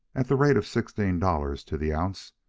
at the rate of sixteen dollars to the ounce,